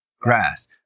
grass